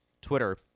Twitter